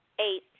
Eight